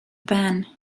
van